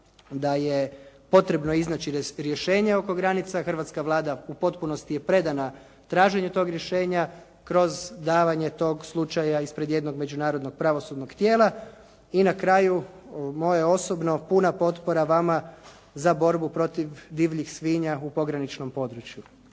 da je potrebno iznaći rješenje oko granica. Hrvatska Vlada u potpunosti je predana traženju tog rješenja kroz davanje tog slučaja ispred jednog međunarodnog pravosudnog tijela. I na kraju moje osobno puna potpora vama za borbu protiv divljih svinja u pograničnom području.